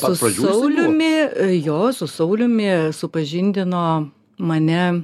su sauliumi jo su sauliumi supažindino mane